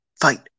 Fight